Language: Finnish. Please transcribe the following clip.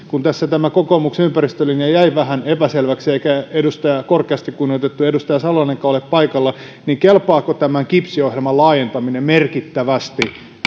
kun tässä tämä kokoomuksen ympäristölinja jäi vähän epäselväksi eikä korkeasti kunnioitettu edustaja salolainenkaan ole paikalla niin kelpaako tämä kipsiohjelman laajentaminen merkittävästi